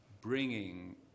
bringing